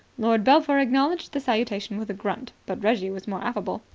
lord belpher acknowledged the salutation with a grunt, but reggie was more affable.